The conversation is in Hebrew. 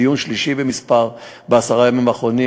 דיון שלישי במספר בעשרת הימים האחרונים,